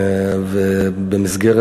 במסגרת